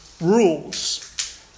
rules